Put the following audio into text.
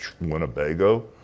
Winnebago